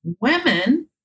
Women